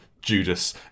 Judas